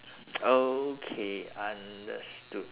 okay understood